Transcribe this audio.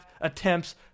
attempts